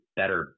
better